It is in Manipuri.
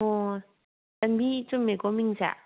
ꯑꯣ ꯆꯟꯕꯤ ꯆꯨꯝꯃꯦꯀꯣ ꯃꯤꯡꯁꯦ